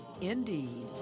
indeed